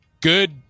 good